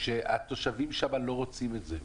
כאשר התושבים שם לא רוצים את זה.